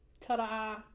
ta-da